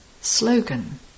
Slogan